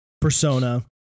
persona